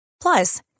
Plus